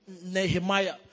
Nehemiah